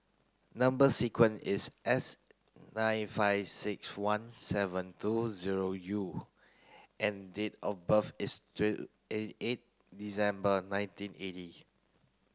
number sequence is S nine five six one seven two zero U and date of birth is eight December nineteen eighty